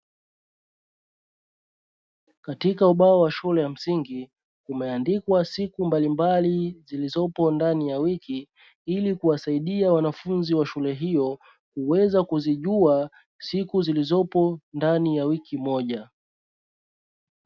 Katika ubao wa shule ya msingi umeandikwa siku mbalimbali zilizopo ndani ya wiki ili kuwasaida wanafunzi wa shule hiyo, kuweza kuzijua siku zilizopo ndani ya wiki moja.